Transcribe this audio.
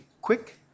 quick